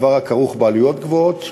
דבר הכרוך בעלויות גבוהות,